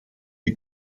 die